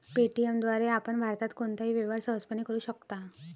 Paytm द्वारे आपण भारतात कोणताही व्यवहार सहजपणे करू शकता